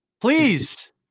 Please